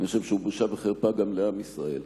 אני חושב שהוא בושה וחרפה גם לעם ישראל.